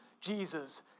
Jesus